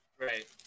Right